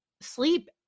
sleep